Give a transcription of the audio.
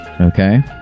Okay